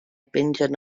pengen